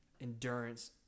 endurance